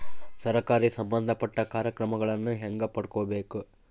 ಸರಕಾರಿ ಸಂಬಂಧಪಟ್ಟ ಕಾರ್ಯಕ್ರಮಗಳನ್ನು ಹೆಂಗ ಪಡ್ಕೊಬೇಕು?